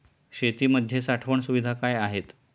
शेतीमध्ये साठवण सुविधा काय आहेत?